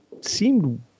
seemed